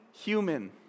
human